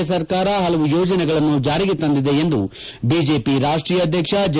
A ಸರ್ಕಾರ ಹಲವು ಯೋಜನೆಗಳನ್ನು ಜಾರಿಗೆ ತಂದಿದೆ ಎಂದು ಬಿಜೆಪಿ ರಾಷ್ಷೀಯ ಅಧ್ಯಕ್ಷ ಜೆ